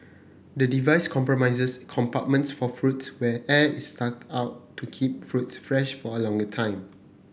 the device comprises compartments for fruits where air is sucked out to keep fruits fresh for a longer time